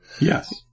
Yes